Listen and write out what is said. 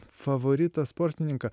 favoritą sportininką